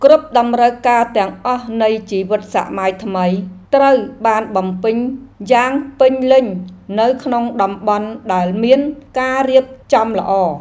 គ្រប់តម្រូវការទាំងអស់នៃជីវិតសម័យថ្មី ត្រូវបានបំពេញយ៉ាងពេញលេញនៅក្នុងតំបន់ដែលមានការរៀបចំល្អ។